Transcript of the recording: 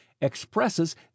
expresses